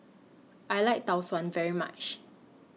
I like Tau Suan very much